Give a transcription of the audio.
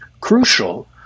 crucial